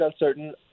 uncertain